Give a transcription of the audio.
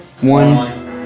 One